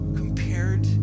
compared